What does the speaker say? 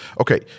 Okay